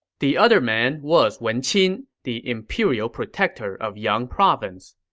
the other man was wen qin, the imperial protector of yang province.